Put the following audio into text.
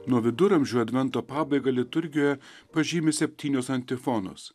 nuo viduramžių advento pabaigą liturgijoje pažymi septynios antifonos